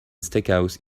steakhouse